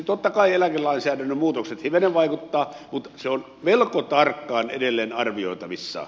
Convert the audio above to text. totta kai eläkelainsäädännön muutokset hivenen vaikuttavat mutta se on melko tarkkaan edelleen arvioitavissa